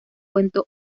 cuento